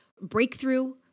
breakthrough